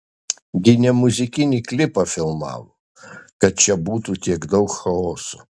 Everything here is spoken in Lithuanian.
gi ne muzikinį klipą filmavo kad čia būtų tiek daug chaoso